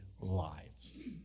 lives